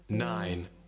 Nine